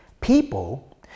People